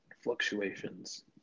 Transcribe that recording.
fluctuations